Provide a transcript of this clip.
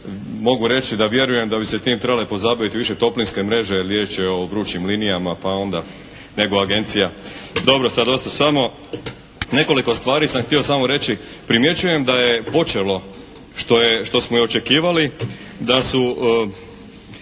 mogu reći da bi se tim trebale pozabaviti toplinske mreže, jer riječ je o vrućim linijama, pa onda nego agencija. Dobro, sad dosta, samo nekoliko stvari sam htio samo reći. Primjećujem da je počelo što smo i očekivali da su